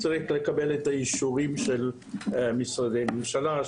צריך לקבל את האישורים של משרדי ממשלה,